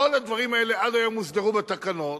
כל הדברים האלה עד היום הוסדרו בתקנות,